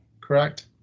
correct